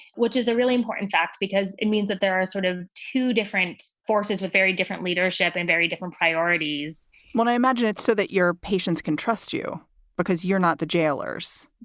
which is a really important fact, because it means that there are sort of two different forces, but very different leadership and very different priorities when i imagine it's so that your patients can trust you because you're not the jailers,